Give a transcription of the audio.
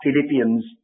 Philippians